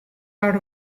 out